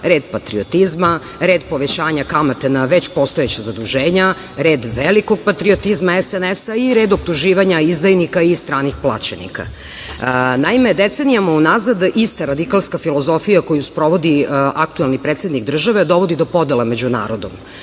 red patriotizma, red povećanja kamate na već postojeća zaduženja, red velikog patriotizma SNS-a i red optuživanja izdajnika i stranih plaćenika. Naime, decenijama unazad ista radikalska filozofija koju sprovodi aktuelni predsednik države dovodi do podele među narodom.